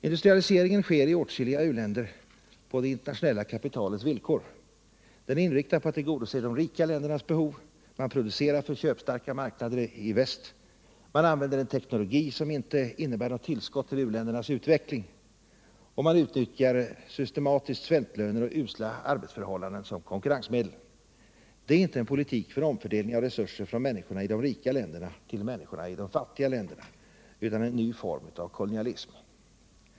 Industrialiseringen sker i åtskilliga u-länder på det internationella kapitalets villkor. Den är inriktad på att tillgodose de rika ländernas behov. Man producerar för köpstarka marknader i väst. Man använder en teknologi som inte innebär något tillskott till u-ländernas utveckling. Och man utnyttjar systematiskt svältlöner och usla arbetsförhållanden som konkurrensmedel. Det är inte en politik för omfördelning av resurser från människorna i de rika länderna till människorna i de fattiga länderna utan en ny form av kolonialism.